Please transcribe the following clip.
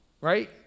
right